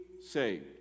Saved